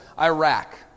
Iraq